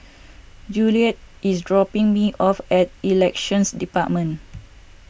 Juliette is dropping me off at Elections Department